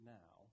now